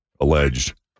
alleged